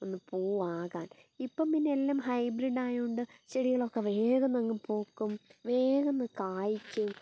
ഒന്ന് പൂവാകാൻ ഇപ്പം പിന്നെ എല്ലാം ഹൈബ്രിഡ് ആയത്കൊണ്ട് ചെടികളൊക്കെ വേഗന്ന് അങ്ങ് പൂക്കും വേഗന്ന് കായ്ക്കും